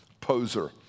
poser